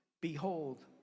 Behold